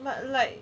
but like